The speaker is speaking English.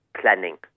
planning